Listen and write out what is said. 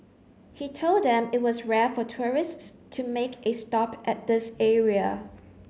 he told them it was rare for tourists to make a stop at this area